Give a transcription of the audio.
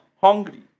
Hungry